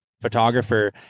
photographer